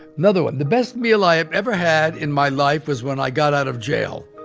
another one the best meal i have ever had in my life was when i got out of jail.